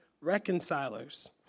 reconcilers